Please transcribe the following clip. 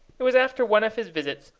it was after one of his visits,